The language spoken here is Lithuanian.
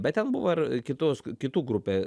bet ten buvo ir kitos kitų grupė